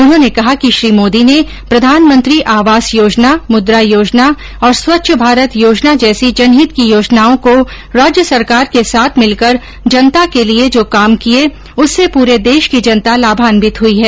उन्होंने कहा कि श्री मोदी ने प्रधानमंत्री आवास योजना मुद्रा योजना और स्वच्छ भारत योजना जैसी जनहित की योजनाओं को राज्य सरकार के साथ मिलकर जनता के लिए जो काम किये उससे पूरे देशी की जनता लाभान्वित हुई है